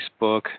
Facebook